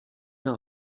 know